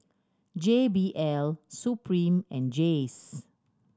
J B L Supreme and Jays